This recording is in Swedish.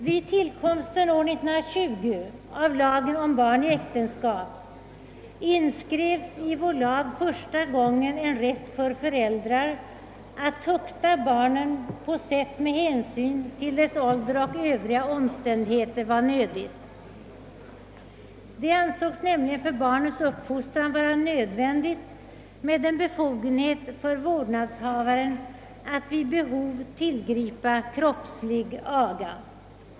Vid tillkomsten år 1920 av lagen om barn i äktenskap inskrevs i vår lag första gången en rätt för föräldrar att tukta barnet på sätt med hänsyn till dess ålder och övriga omständigheter var nödigt. Det ansågs nämligen för barnets uppfostran vara nödvändigt med en befogenhet för vårdnadshavaren att vid behov tillgripa kroppslig aga.